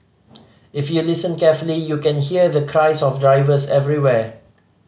if you listen carefully you can hear the cries of drivers everywhere